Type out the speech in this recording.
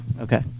Okay